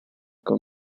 con